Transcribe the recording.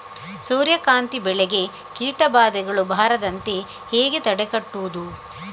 ಸೂರ್ಯಕಾಂತಿ ಬೆಳೆಗೆ ಕೀಟಬಾಧೆಗಳು ಬಾರದಂತೆ ಹೇಗೆ ತಡೆಗಟ್ಟುವುದು?